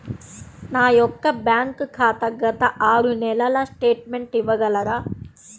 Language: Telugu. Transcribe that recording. నా యొక్క బ్యాంక్ ఖాతా గత ఆరు నెలల స్టేట్మెంట్ ఇవ్వగలరా?